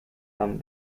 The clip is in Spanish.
han